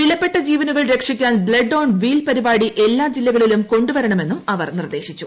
വിലപ്പെട്ട ജീവനുകൾ രക്ഷിക്കാൻ ബ്ലെഡ് ഓൺ വീൽ പരിപാടി എല്ലാ ജില്ലകളിലും കൊ ു വരണമെന്നും അവർ നിർദ്ദേശിച്ചു